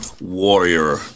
warrior